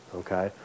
okay